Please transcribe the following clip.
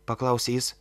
paklausė jis